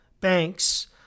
banks